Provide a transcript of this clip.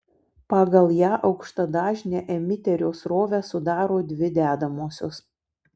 pagal ją aukštadažnę emiterio srovę sudaro dvi dedamosios